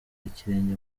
ikirenge